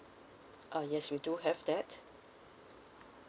uh yes we do have that